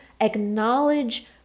acknowledge